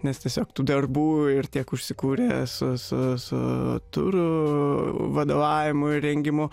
nes tiesiog tų darbų ir tiek užsikūrė su su su turu vadovavimu ir rengimu